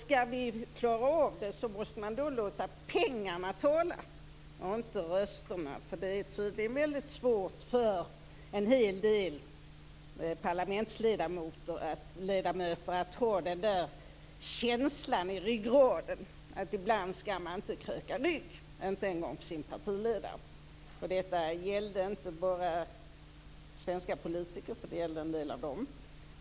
Skall man klara av det måste man låta pengarna och inte rösterna tala. En hel del parlamentsledamöter saknar tydligen den där känslan i ryggraden av att man ibland inte skall kröka rygg - inte ens en gång för sin partiledare. Detta gällde inte bara svenska politiker - det gällde en del av